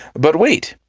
but wait!